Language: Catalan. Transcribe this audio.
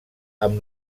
amb